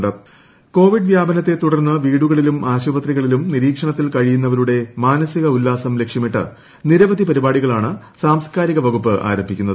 Palakkad intro Covid വ്യാപനത്തെ തുടർന്ന് വീടുകളിലും ആശുപത്രികളിലും നിരീക്ഷണത്തിൽ കഴിയുന്നവരുടെ മാനസിക ഉല്ലാസം ലക്ഷ്യമിട്ട് നിരവധി പരിപാടികളാണ് സാംസ്കാരിക വകുപ്പ് ആരംഭിക്കുന്നത്